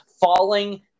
falling